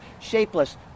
shapeless